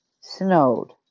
snowed